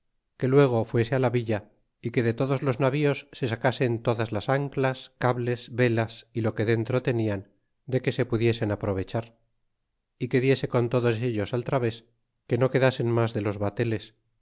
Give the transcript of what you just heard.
indios queluego fuese á la villa y que de todos los navíos se sacasen todas las anclas cables velas y lo que dentro tenian de que se pudiesen aprovechar y que diese con todos ellos al través que no quedasen mas de los bateles